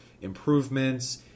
improvements